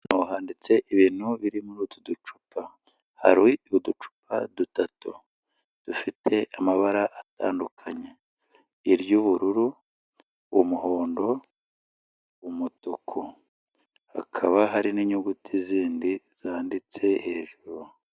Handitse ibintu biri muri utu ducupa, hari uducupa dutatu dufite amabara atandukanye iry'ubururu, umuhondo, umutuku hakaba hari n'inyuguti zindi zanditse hejuru.